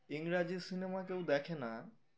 ইংরাজি সিনেমা কেউ দেখে না